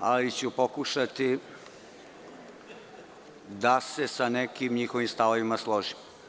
ali ću pokušati da se sa nekim njihovim stavovima složim.